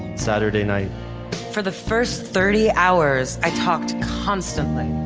saturday night for the first thirty hours, i talked constantly.